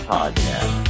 Podcast